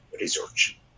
research